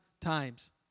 times